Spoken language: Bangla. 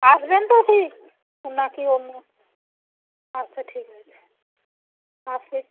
আসবেন তো ঠিক ও নাকি অন্য আচ্ছা ঠিক আছে